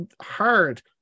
hard